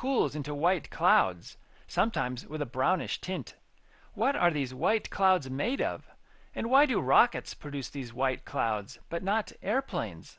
cools into white clouds sometimes with a brownish tint what are these white clouds made of and why do rockets produce these white clouds but not airplanes